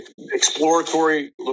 exploratory